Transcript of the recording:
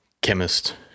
chemist